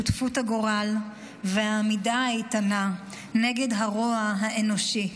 שותפות הגורל והעמידה האיתנה נגד הרוע האנושי.